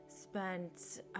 spent